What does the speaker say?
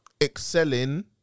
excelling